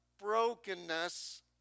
brokenness